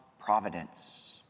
providence